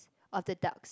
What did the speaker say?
of the duck